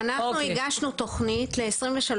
ואנחנו הגשנו תוכנית ל-2023,